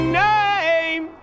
name